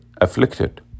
afflicted